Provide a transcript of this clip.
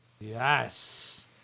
yes